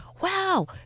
wow